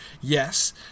Yes